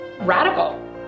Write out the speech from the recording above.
radical